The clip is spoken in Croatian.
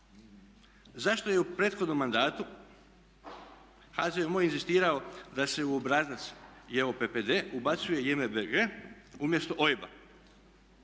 Zašto je u prethodnom mandatu HZMO inzistirao da se u obrazac JPPD ubacuje JMBG umjesto OIB-a